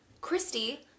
Christy